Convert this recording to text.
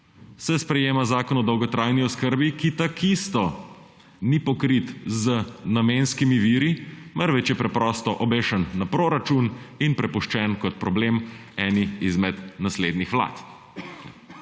se sprejema Zakon o dolgotrajni oskrbi, ki takisto ni pokrit z namenskimi viri, marveč je preprosto obešen na proračun in prepuščen kot problem eni izmed naslednjih vlad.